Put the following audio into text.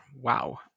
Wow